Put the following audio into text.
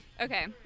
Okay